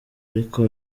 ariko